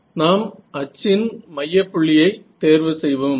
நாம் அச்சின் மையப்புள்ளியை தேர்வு செய்வோம்